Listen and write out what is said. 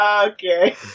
okay